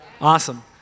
Awesome